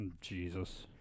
Jesus